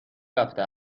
رفته